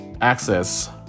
access